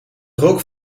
rook